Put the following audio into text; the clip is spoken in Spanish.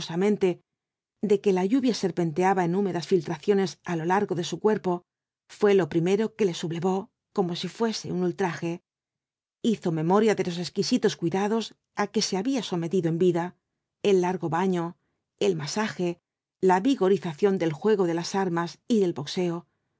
de que la lluvia serpenteaba en húmedas filtraciones á lo largo de su cuerpo fué lo primero que le sublevó como si fuese un ultraje hizo memoria de los exquisitos cuidados á que se había sometido en vida el largo baño el masaje la vigorización del juego de las armas y del boxeo